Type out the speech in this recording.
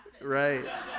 Right